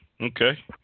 Okay